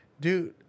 Dude